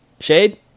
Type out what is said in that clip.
Shade